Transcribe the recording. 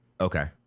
Okay